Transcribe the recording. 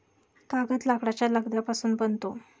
कागद लाकडाच्या लगद्यापासून बनतो